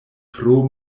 pro